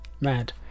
mad